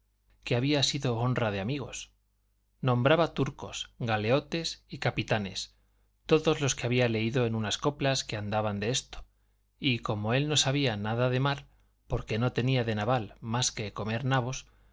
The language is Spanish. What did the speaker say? que había sido honra de amigos nombraba turcos galeones y capitanes todos los que había leído en unas coplas que andaban de esto y como él no sabía nada de mar porque no tenía de naval más del comer nabos